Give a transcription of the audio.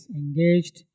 engaged